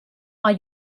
are